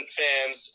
fans